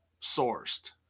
sourced